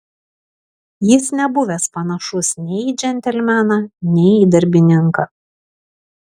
jis nebuvęs panašus nei į džentelmeną nei į darbininką